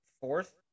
fourth